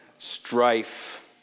strife